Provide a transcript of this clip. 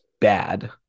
bad